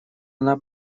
она